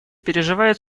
переживает